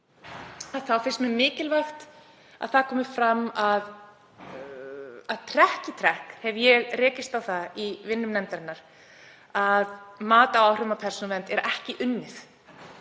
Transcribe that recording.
þá finnst mér mikilvægt að það komi fram að trekk í trekk hef ég rekist á það í vinnu nefndarinnar að mat á áhrifum á persónuvernd er ekki unnið